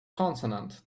consonant